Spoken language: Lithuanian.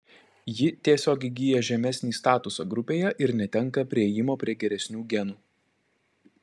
ji tiesiog įgyja žemesnį statusą grupėje ir netenka priėjimo prie geresnių genų